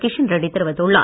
கிஷன் ரெட்டி தெரிவித்துள்ளார்